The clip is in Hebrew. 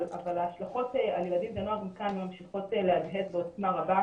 אבל ההשלכות על הילדים והנוער ממשיכות להדהד בעוצמה רבה,